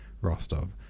Rostov